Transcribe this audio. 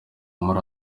muri